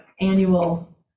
annual